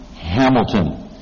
Hamilton